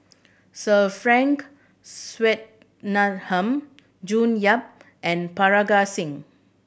Sir Frank Swettenham June Yap and Parga Singh